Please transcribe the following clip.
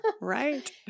right